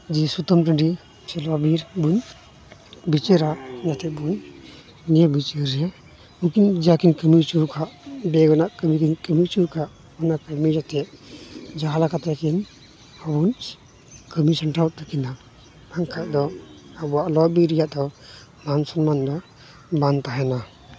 ᱡᱮ ᱥᱩᱛᱟᱹᱱ ᱴᱟᱺᱰᱤ ᱥᱮ ᱞᱚᱼᱵᱤᱨ ᱨᱮᱵᱚᱱ ᱵᱤᱪᱟᱹᱨᱟ ᱱᱤᱭᱟᱹ ᱵᱤᱪᱟᱹᱨ ᱨᱮ ᱩᱱᱠᱤᱱ ᱡᱟᱠᱤᱱ ᱠᱟᱹᱢᱤ ᱚᱪᱚᱣᱠᱟᱜ ᱵᱮᱼᱜᱟᱱᱟᱜ ᱠᱟᱹᱢᱤᱠᱤᱱ ᱠᱟᱹᱢᱤ ᱚᱪᱚᱣᱠᱟᱜ ᱚᱱᱟ ᱠᱟᱹᱢᱤᱨᱮ ᱪᱮᱫ ᱡᱟᱦᱟᱸ ᱞᱮᱠᱟᱛᱮᱠᱤᱱ ᱜᱟᱞᱚᱪ ᱠᱟᱹᱢᱤ ᱥᱟᱢᱴᱟᱣ ᱛᱟᱹᱠᱤᱱᱟ ᱵᱟᱝᱠᱷᱟᱱ ᱫᱚ ᱟᱵᱚᱣᱟᱜ ᱞᱚᱼᱵᱤᱨ ᱨᱮᱭᱟᱜ ᱫᱚ ᱢᱟᱹᱱ ᱥᱚᱢᱢᱟᱱ ᱫᱚ ᱵᱟᱝ ᱛᱟᱦᱮᱱᱟ